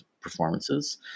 performances